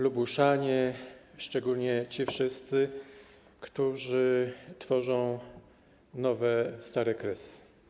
Lubuszanie, szczególnie ci wszyscy, którzy tworzą nowe stare Kresy!